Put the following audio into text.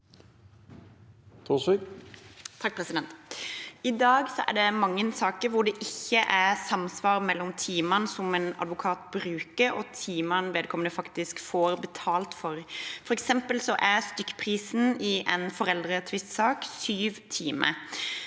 I dag er det mange saker hvor det ikke er samsvar mellom timene en advokat bruker, og timene vedkommende faktisk får betalt for. For eksempel er stykkprisen i en foreldretvistsak 7 timer.